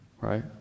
right